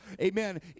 amen